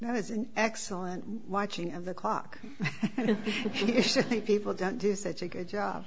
there's an excellent watching of the clock people don't do such a good job